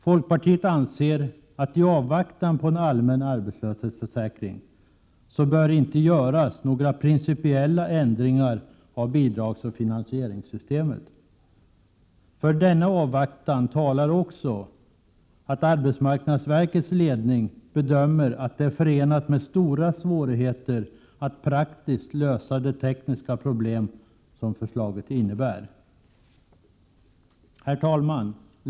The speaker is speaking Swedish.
Folkpariet anser, att i avvaktan på en allmän arbetslöshetsförsäkring bör det inte göras några principiella ändringar av bidragsoch finansieringssystemet. För denna avvaktan talar också att arbetsmarknadsverkets ledning bedömer att det är förenat med stora svårigheter att praktiskt lösa de tekniska problem som förslaget innebär. Herr talman!